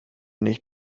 nicht